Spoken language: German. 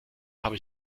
habe